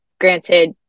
Granted